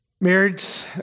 marriage